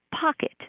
pocket